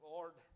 Lord